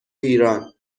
ایران